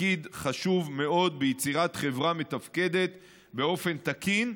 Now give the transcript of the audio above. תפקיד חשוב ביצירת חברה מתפקדת באופן תקין,